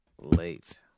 late